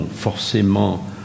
forcément